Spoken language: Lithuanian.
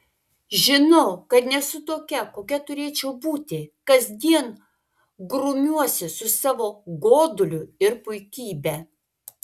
žinau kad nesu tokia kokia turėčiau būti kasdien grumiuosi su savo goduliu ir puikybe